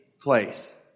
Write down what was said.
Place